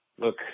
Look